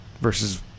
versus